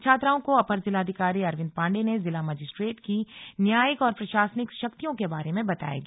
छात्राओं को अपर जिलाधिकारी अरविंद पाण्डेय ने जिला मजिस्ट्रेट की न्यायिक और प्रशासनिक शक्तियों के बारे में बताया गया